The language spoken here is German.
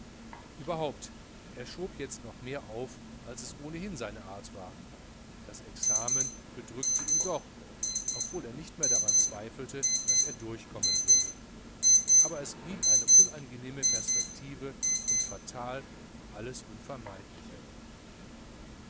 überhaupt er schob jetzt noch mehr auf als es ohnehin seine art war das examen bedrückte ihn doch obwohl er nicht mehr daran zweifelte daß er durchkommen würde aber es blieb eine unangenehme perspektive und fatal wie alles unvermeidliche